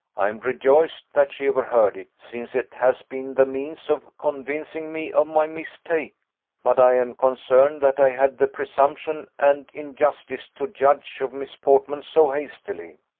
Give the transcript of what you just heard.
i am rejoiced that she overheard it, since it has been the means of convincing me of my mistake but i am concerned that i had the presumption and injustice to judge of miss portman so hastily.